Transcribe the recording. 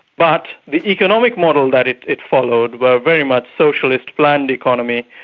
but the economic models that it it followed were very much socialist planned economy,